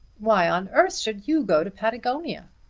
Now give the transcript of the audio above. why on earth should you go to patagonia?